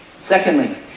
Secondly